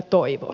kiitos